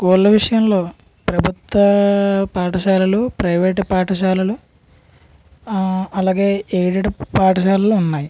స్కూళ్ళ విషయంలో ప్రభుత్వ పాఠశాలలు ప్రైవేట్ పాఠశాలలు అలాగే ఎయిడెడ్ పాఠశాలలు ఉన్నాయి